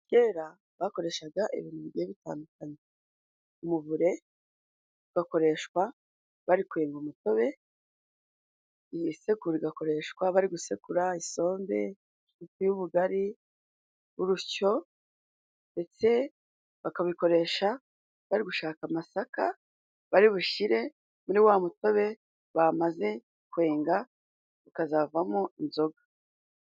Kera bakoreshaga ibintu bigiye bitandukanye. Umuvure ugakoreshwa bari kwenga umutobe, isekuru igakoreshwa bari gusekura isombe n'ifu y'ubugari, urusyo ndetse bakabikoresha bari gushaka amasaka bari bushyire muri wa mutobe bamaze kwenga ukazavamo inzoga.